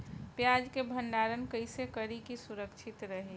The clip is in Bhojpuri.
प्याज के भंडारण कइसे करी की सुरक्षित रही?